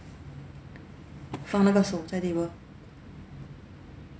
放那个手在 table